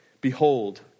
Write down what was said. Behold